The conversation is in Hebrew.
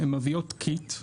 הן מביאות קיט,